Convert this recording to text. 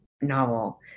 novel